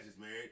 married